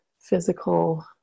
physical